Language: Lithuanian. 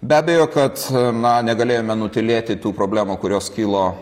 be abejo kad na negalėjome nutylėti tų problemų kurios kilo